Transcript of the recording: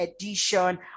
edition